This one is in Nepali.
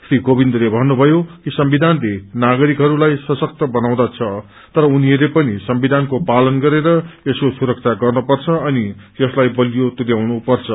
श्री कोविन्दले भन्नुभयो कि संविधानले नागरिकहरूलाई सशक्त बनातर उनीहरूले नपनि संविधानको पालन गरेर यसको सुरक्षा गर्नपर्छ अनि यसलाई बलियो तुल्याउनु पर्छ